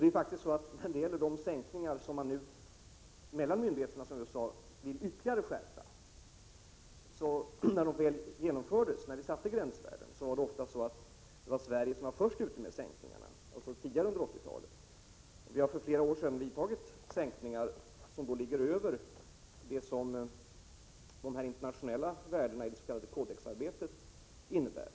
Det är faktiskt så att när de gränsvärden, som man nu mellan myndigheterna vill skärpa ytterligare, väl genomfördes var Sverige ofta först ute med sänkningarna, tidigare under 80-talet. Vi har för flera år sedan vidtagit sänkningar utöver vad de internationella värdena i det s.k. kodexarbetet innebär.